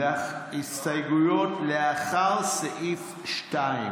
מצביעים על סעיף 2 כנוסח הוועדה.